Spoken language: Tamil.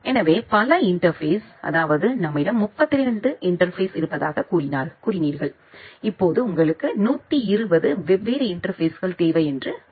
எனவே பல இன்டர்பேஸ் அதாவது நம்மிடம் 32 இன்டர்பேஸ் இருப்பதாக கூறினீர்கள் இப்போது உங்களுக்கு 120 வெவ்வேறு இன்டர்பேஸ்கள் தேவை என்று கூறுங்கள்